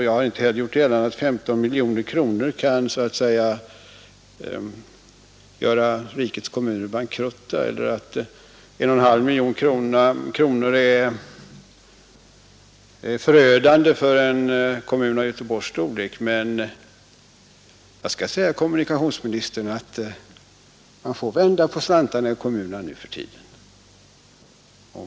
Jag har inte heller gjort gällande att 15 miljoner kronor kan göra rikets kommuner bankrutta eller att 1,5 miljoner kronor är en förödande förlust för en kommun av Göteborgs storlek. Men jag skall säga kommunikationsministern att man nu för tiden får vända på slantarna i kommunerna.